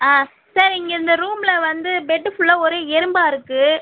ஆ sir இங்கே இந்த ரூம்மில வந்து பெட்டு ஃபுல்லாக ஒரே எறும்பாக இருக்கு